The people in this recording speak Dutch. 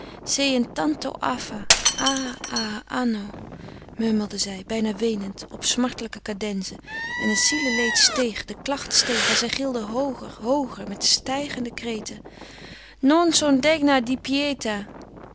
tanto affa a a anno murmelde zij bijna weenend op smartelijke cadenzen en het zieleleed steeg en zij gilde hooger hooger met stijgende kreten non son